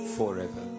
forever